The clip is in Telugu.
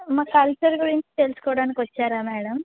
మా కల్చర్ గురించి తెలుసుకోవడానికి వచ్చారా మేడం